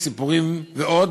סיפורים ועוד,